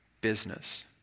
business